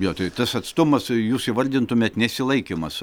jo tai tas atstumas jūs įvardintumėt nesilaikymas